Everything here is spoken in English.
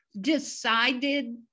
decided